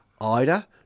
Ida